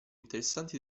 interessanti